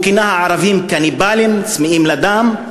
הוא כינה את הערבים "קניבלים צמאים לדם",